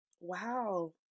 Wow